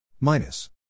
Minus